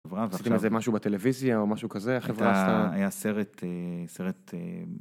זה משהו בטלוויזיה או משהו כזה היה סרט סרט.